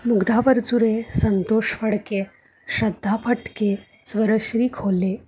मुग्धा परचुरे संतोष फडके श्रद्धा फटके स्वरश्री खोले